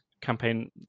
campaign